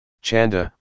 Chanda